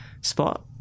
spot